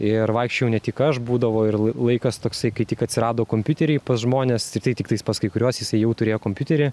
ir vaikščiojau ne tik aš būdavo ir laikas toksai kai tik atsirado kompiuteriai pas žmones ir tai tiktais pas kai kuriuos jisai jau turėjo kompiuterį